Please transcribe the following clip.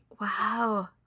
Wow